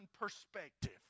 Perspective